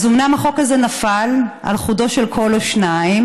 אז אומנם החוק הזה נפל על חודו של קול או שניים,